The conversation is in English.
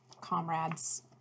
comrades